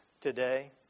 today